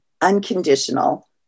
unconditional